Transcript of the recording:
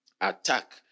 attack